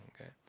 okay